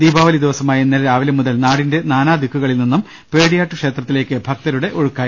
ദീപാവലി ദിവ സമായ ഇന്നലെ രാവിലെ മുതൽ നാടിന്റെ നാനാദിക്കുകളിൽ നിന്നും പേടിയാട്ട് ക്ഷേത്രത്തിലേക്ക് ഭക്തരുടെ ഒഴുക്കായിരുന്നു